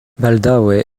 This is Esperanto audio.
baldaŭe